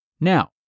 Now